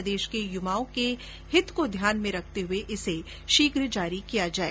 प्रदेश के युवाओं के हित को देखते हुए इसे शीघ्र जारी किया जाए